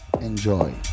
enjoy